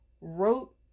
wrote